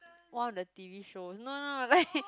one of the t_v shows no no no no like